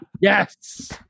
Yes